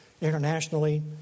internationally